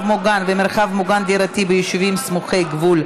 מוגן ומרחב מוגן דירתי ביישובים סמוכי גבול),